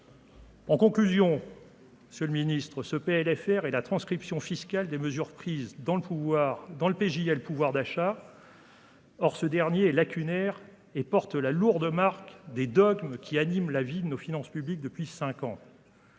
le Ministre ce PLFR et la transcription fiscale des mesures prises dans le pouvoir dans le PJ a le pouvoir d'achat. Or, ce dernier est lacunaire et porte la lourde marque des dogmes qui animent la vie de nos finances publiques depuis 5 ans.